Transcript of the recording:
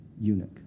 eunuch